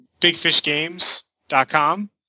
bigfishgames.com